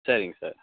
சரிங்க சார்